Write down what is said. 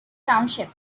township